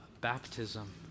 baptism